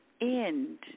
end